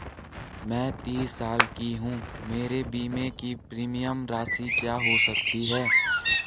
मैं तीस साल की हूँ मेरे बीमे की प्रीमियम राशि क्या हो सकती है?